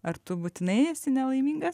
ar tu būtinai esi nelaimingas